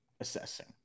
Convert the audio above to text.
assessing